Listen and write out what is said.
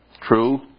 true